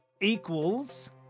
equals